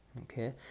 okay